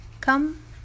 come